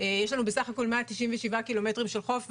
יש לנו בסך הכול 197 ק"מ של חוף,